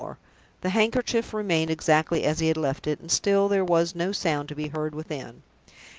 the handkerchief remained exactly as he had left it, and still there was no sound to be heard within.